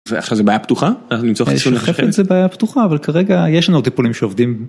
זה בעייה פתוחה? - זה בעיה פתוחה אבל כרגע יש לנו טיפולים שעובדים.